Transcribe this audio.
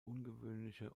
ungewöhnliche